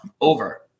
over